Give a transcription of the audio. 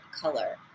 color